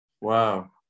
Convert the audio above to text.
Wow